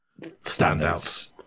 standouts